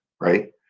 right